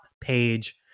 Page